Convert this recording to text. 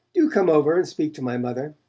do come over and speak to my mother.